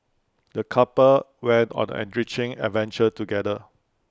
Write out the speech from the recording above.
the couple went on an enriching adventure together